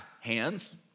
hands